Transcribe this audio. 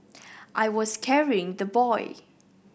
I was carrying the boy